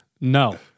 No